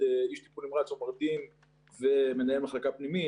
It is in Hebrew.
איש טיפול נמרץ או מרדים ומנהל מחלקה פנימית,